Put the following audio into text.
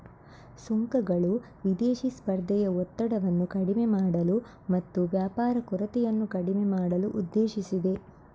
ಸುಂಕಗಳು ವಿದೇಶಿ ಸ್ಪರ್ಧೆಯ ಒತ್ತಡವನ್ನು ಕಡಿಮೆ ಮಾಡಲು ಮತ್ತು ವ್ಯಾಪಾರ ಕೊರತೆಯನ್ನು ಕಡಿಮೆ ಮಾಡಲು ಉದ್ದೇಶಿಸಿದೆ